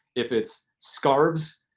if it's scarves,